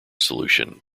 solution